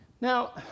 Now